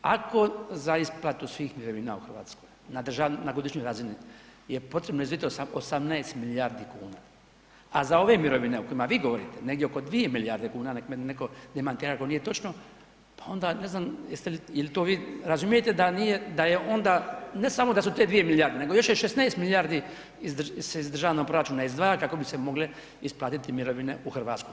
Ako za isplatu svih mirovina u RH na godišnjoj razini je potrebno izdvojit 18 milijardi kuna, a za ove mirovine o kojima vi govorite negdje oko 2 milijarde kuna, nek me neko demantira ako nije točno, pa onda ne znam jeste li, jel to vi razumijete da nije, da je onda, ne samo da su te 2 milijarde nego je još 16 milijardi se iz državnog proračuna izdvaja kako bi se mogle isplatiti mirovine u RH.